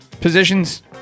positions